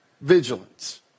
vigilance